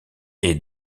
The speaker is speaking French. est